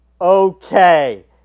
okay